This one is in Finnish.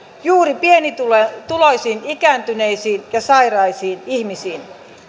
juuri pienituloisiin ikääntyneisiin ja sairaisiin ihmisiin